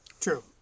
True